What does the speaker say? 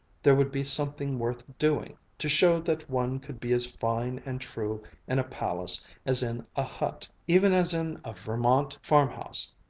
there would be something worth doing, to show that one could be as fine and true in a palace as in a hut even as in a vermont farmhouse!